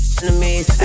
enemies